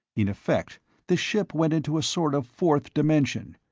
in effect the ship went into a sort of fourth dimension,